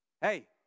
hey